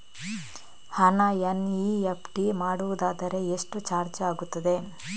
ಹಣ ಎನ್.ಇ.ಎಫ್.ಟಿ ಮಾಡುವುದಾದರೆ ಎಷ್ಟು ಚಾರ್ಜ್ ಆಗುತ್ತದೆ?